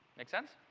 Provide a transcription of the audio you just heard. make sense?